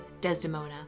Desdemona